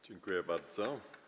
Dziękuję bardzo.